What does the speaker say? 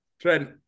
Trent